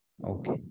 Okay